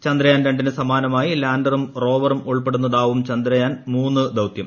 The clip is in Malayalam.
ചന്ദ്രയാൻ രണ്ടിന് സമാനമായി ലാൻഡറും റോവറും ഉൾപ്പെടുന്നതാവും ചന്ദ്രയാൻ മൂന്ന് ദൌത്യം